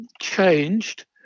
changed